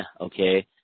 okay